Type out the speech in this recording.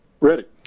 ready